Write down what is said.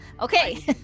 Okay